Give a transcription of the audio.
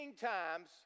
times